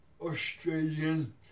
Australian